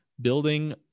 building